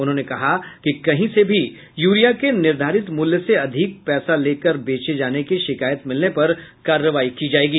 उन्होंने कहा कि कहीं से भी यूरिया को निर्धारित मूल्य से अधिक पैसा लेने की शिकायत मिलने पर कार्रवाई की जायेगी